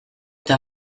eta